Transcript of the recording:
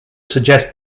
suggest